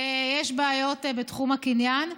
יש בעיות בתחום הקניין.